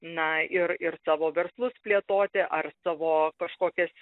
na ir ir savo verslus plėtoti ar savo kažkokias